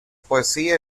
poesía